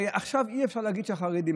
הרי עכשיו אי-אפשר להגיד שהחרדים,